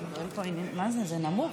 אדוני היושב-בראש.